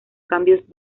cambios